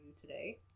today